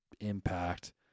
impact